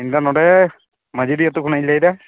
ᱤᱧ ᱫᱚ ᱱᱚᱰᱮ ᱢᱟᱹᱡᱷᱤ ᱰᱤ ᱟᱛᱳ ᱠᱷᱚᱱᱤᱧ ᱞᱟᱹᱭ ᱮᱫᱟ